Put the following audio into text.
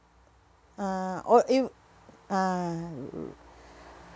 uh all e~ ah